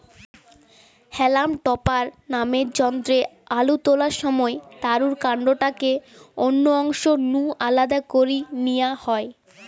হেলাম topper নামের যন্ত্রে আলু তোলার সময় তারুর কান্ডটাকে অন্য অংশ নু আলদা করি নিয়া হয়